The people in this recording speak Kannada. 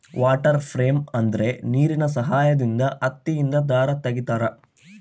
ವಾಟರ್ ಫ್ರೇಮ್ ಅಂದ್ರೆ ನೀರಿನ ಸಹಾಯದಿಂದ ಹತ್ತಿಯಿಂದ ದಾರ ತಗಿತಾರ